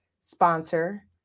sponsor